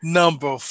number